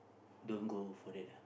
don't go for that ah